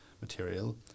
material